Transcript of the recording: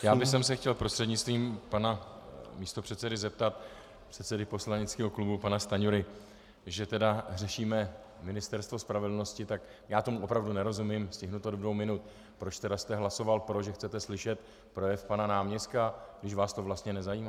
Já bych se chtěl prostřednictvím pana místopředsedy zeptat předsedy poslaneckého klubu pana Stanjury, že tedy řešíme Ministerstvo spravedlnosti, tak já tomu opravdu nerozumím, stihnu to do dvou minut, proč tedy jste hlasoval pro, že chcete slyšet projev pana náměstka, když vás to vlastně nezajímá.